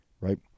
right